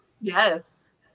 Yes